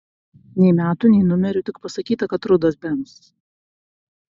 nei metų nei numerių tik pasakyta kad rudas benz